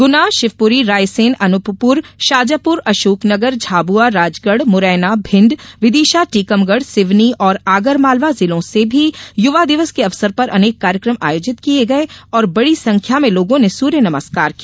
गुना शिवपुरी रायसेन अनुपपुर शाजापर अशोकनगर झाबुआ राजगढ़ मुरैना भिंड विदिशा टीकमगढ सिवनी और आगर मालवा जिलों में भी युवा दिवस के अवसर पर अनेक कार्यक्रम आयोजित किये गये और बड़ी संख्या में लोगो ने सूर्य नमस्कार किया